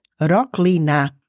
roklina